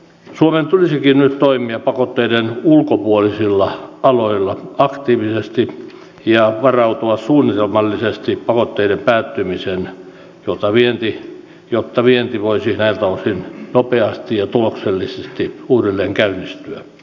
suomen tulisikin toimia pakotteiden ulkopuolisilla aloilla tiiviisti ja varautua suunnitelmallisesti pakotteiden päättymiseen jotta vienti jotta vienti voisi enää tohtii talousarvioesityksen täydennyksen merkittävin muutos on käynyt